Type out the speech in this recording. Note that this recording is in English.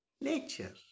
nature